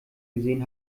gesehen